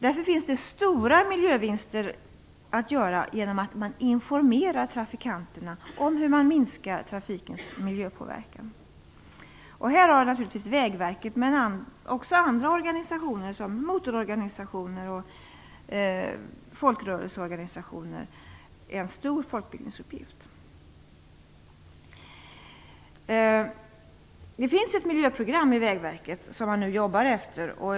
Därför finns det stora miljövinster att göra genom att man informerar trafikanterna om hur man minskar trafikens miljöpåverkan. Här har naturligtvis Vägverket men också andra organisationer såsom motororganisationer och folkrörelser en stor folkbildningsuppgift. Det finns ett miljöprogram inom Vägverket som man nu jobbar efter.